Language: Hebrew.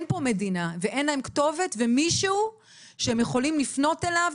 פה מדינה ואין להם כתובת ומישהו שהם יכולים לפנות אליו,